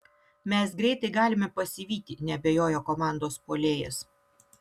mes greitai galime pasivyti neabejojo komandos puolėjas